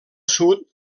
sud